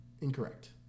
Incorrect